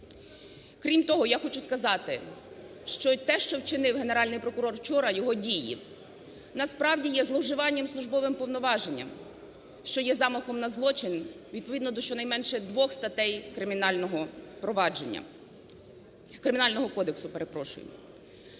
Крім того, я хочу сказати, що те, що вчинив Генеральний прокурор вчора, його дії, насправді є зловживанням службовим повноваженням, що є замахом на злочин відповідно до щонайменше двох статей кримінального